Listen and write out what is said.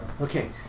Okay